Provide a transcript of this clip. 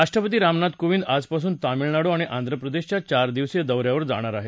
राष्ट्रपती रामनाथ कोविंद आजपासून तामिळनाडू आणि आंध्रप्रदेशच्या चार दिवसीय दौऱ्यावर जाणार आहेत